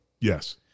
Yes